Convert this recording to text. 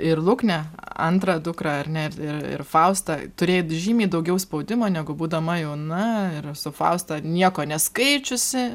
ir luknę antrą dukrą ar ne ir ir faustą turėjai žymiai daugiau spaudimo negu būdama jauna ir su faustu nieko neskaičiusi